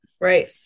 right